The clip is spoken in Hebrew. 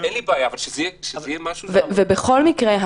בכל מקרה,